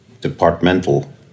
departmental